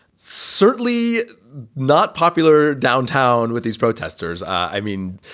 certainly not popular downtown with these protesters. i mean,